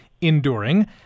enduring